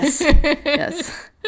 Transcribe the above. Yes